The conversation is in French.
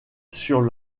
sur